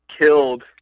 killed